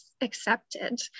accepted